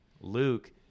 Luke